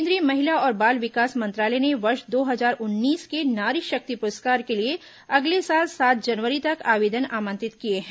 केन्द्रीय महिला और बाल विकास मंत्रालय ने वर्ष दो हजार उन्नीस के नारी शक्ति पुरस्कार के लिए अगले सात सात जनवरी तक आवेदन आमंत्रित किए हैं